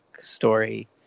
story